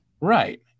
Right